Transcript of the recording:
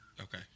Okay